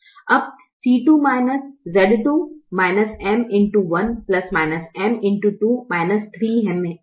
अब C2 Z2 -M x 1 3M है